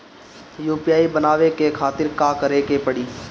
UPI बनावे के खातिर का करे के पड़ी?